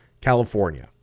California